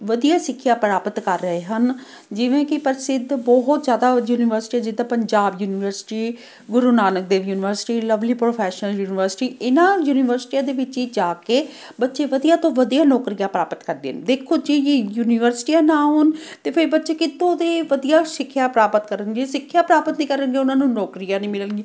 ਵਧੀਆ ਸਿੱਖਿਆ ਪ੍ਰਾਪਤ ਕਰ ਰਹੇ ਹਨ ਜਿਵੇਂ ਕਿ ਪ੍ਰਸਿੱਧ ਬਹੁਤ ਜ਼ਿਆਦਾ ਯੂਨੀਵਰਸਿਟੀਆਂ ਜਿੱਦਾਂ Punjab University Guru Nanak Dev University Lovely Professional University ਇਹਨਾਂ ਯੂਨੀਵਰਸਿਟੀਆਂ ਦੇ ਵਿੱਚ ਹੀ ਜਾ ਕੇ ਬੱਚੇ ਵਧੀਆ ਤੋਂ ਵਧੀਆ ਨੌਕਰੀਆਂ ਪ੍ਰਾਪਤ ਕਰਦੇ ਹਨ ਦੇਖੋ ਜੀ ਜੇ ਯੂਨੀਵਰਸਿਟੀਆਂ ਨਾ ਹੋਣ ਤਾਂ ਫਿਰ ਬੱਚੇ ਕਿੱਥੋਂ ਅਤੇ ਵਧੀਆ ਸਿੱਖਿਆ ਪ੍ਰਾਪਤ ਕਰਨਗੇ ਸਿੱਖਿਆ ਪ੍ਰਾਪਤ ਨਹੀਂ ਕਰਨਗੇ ਉਹਨਾਂ ਨੂੰ ਨੌਕਰੀਆਂ ਨਹੀਂ ਮਿਲਣਗੀਆਂ